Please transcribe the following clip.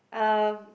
um